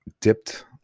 dipped